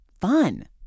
fun